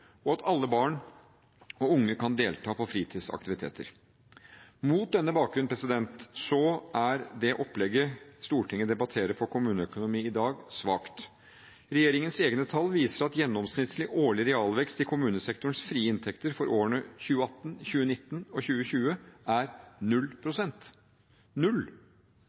og at alle barn og unge kan delta på fritidsaktiviteter. Mot denne bakgrunn er det opplegget Stortinget debatterer for kommuneøkonomi i dag, svakt. Regjeringens egne tall viser at gjennomsnittlig årlig realvekst i kommunesektorens frie inntekter for årene 2018, 2019 og 2020 er 0 pst. – null!